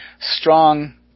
strong